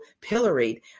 pilloried